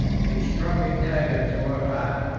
she struck a dagger to her heart.